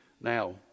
Now